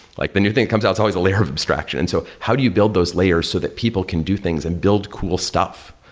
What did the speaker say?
like the new thing that comes out, it's always a layer of abstraction. so how do you build those layers so that people can do things and build cool stuff?